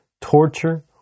torture